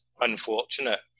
unfortunate